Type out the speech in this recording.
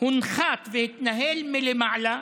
הונחת והתנהל מלמעלה